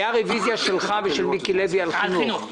הייתה רוויזיה שלך ושל מיקי לוי על חינוך.